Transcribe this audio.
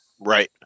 Right